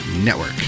network